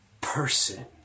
person